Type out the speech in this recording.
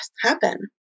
happen